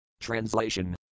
Translation